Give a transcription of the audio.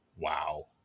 wow